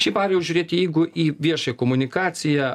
šiaip arijau žiūrėti jeigu į viešąją komunikaciją